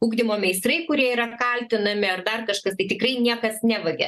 ugdymo meistrai kurie yra kaltinami ar dar kažkas tai tikrai niekas nevagia